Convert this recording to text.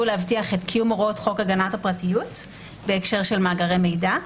להבטיח את קיום הוראות חוק הגנת הפרטיות בהקשר מאגרי מידע.